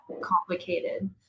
complicated